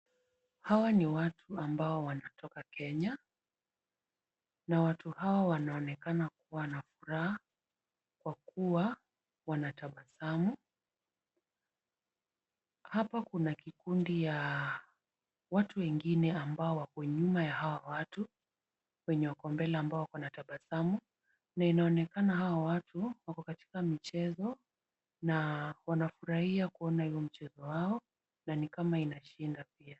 Hawa ni watu ambao wanatoka kenya na watu hao wanaonekana kua na furaha kwa kua wanatabasamu. Hapa kuna kikundi ya watu wengi ambao wako nyuma ya hawa watu wenye wako mbele ambao wako na tabasamu na inaonekana hawa watu wako katika michezo na wanafurahia kuona hiyo mchezo yao na nikama inashinda pia.